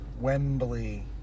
Wembley